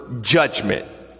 judgment